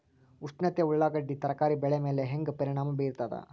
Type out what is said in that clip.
ಉಷ್ಣತೆ ಉಳ್ಳಾಗಡ್ಡಿ ತರಕಾರಿ ಬೆಳೆ ಮೇಲೆ ಹೇಂಗ ಪರಿಣಾಮ ಬೀರತದ?